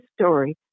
story